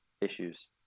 issues